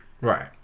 Right